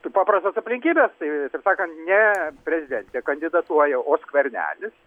paprastos aplinkybės tai taip sakant ne prezidentė kandidatuoja o skvernelis